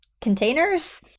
containers